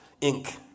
Inc